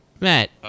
Matt